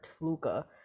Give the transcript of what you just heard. luca